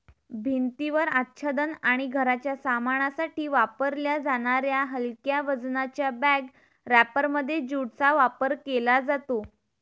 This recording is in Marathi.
भिंतीवर आच्छादन आणि घराच्या सामानासाठी वापरल्या जाणाऱ्या हलक्या वजनाच्या बॅग रॅपरमध्ये ज्यूटचा वापर केला जातो